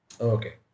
Okay